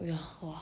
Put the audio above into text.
ya !wah!